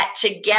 together